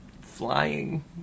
flying